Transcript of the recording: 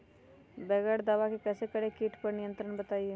बगैर दवा के कैसे करें कीट पर नियंत्रण बताइए?